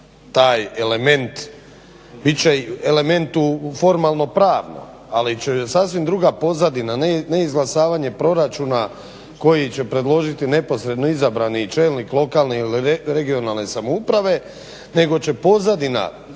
taj element. Bit će element u formalno pravno ali će sasvim druga pozadina, neizglasavanje proračuna koji će predložiti neposredno izabrani čelnik lokalne ili regionalne samouprave nego će pozadina